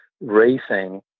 Racing